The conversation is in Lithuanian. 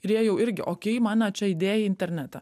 ir jie jau irgi okei mane čia įdėjai į internetą